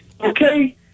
Okay